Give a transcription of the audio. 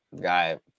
guy